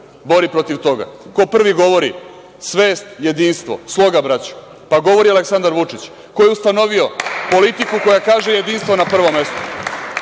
bori protiv toga? Ko prvi govori - svest, jedinstvo, sloga, braćo? Govori Aleksandar Vučić. Ko je ustanovio politiku koja kaže - jedinstvo na prvom mestu?